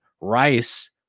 Rice